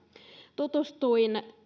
tutustuin